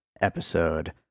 episode